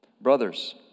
brothers